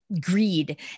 greed